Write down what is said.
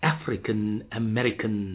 African-American